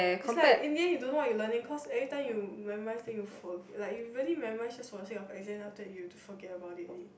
it's like in the end you don't know what you learning cause every time you memorize thing is for like you really memorize just for the sake of exam then after that you just forget about it